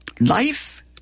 Life